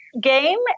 game